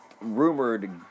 rumored